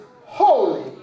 holy